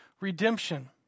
redemption